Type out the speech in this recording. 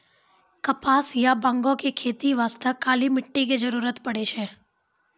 कपास या बांगो के खेती बास्तॅ काली मिट्टी के जरूरत पड़ै छै